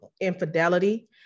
infidelity